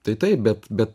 tai taip bet bet